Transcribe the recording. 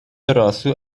راسو